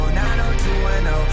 90210